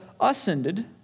ascended